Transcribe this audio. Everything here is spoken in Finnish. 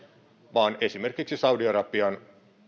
vaan esimerkiksi saudi arabiaan